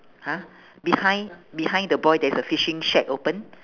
!huh! behind behind the boy there's a fishing shack open